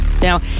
Now